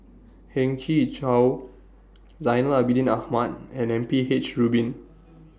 Heng Chee How Zainal Abidin Ahmad and M P H Rubin